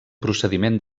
procediment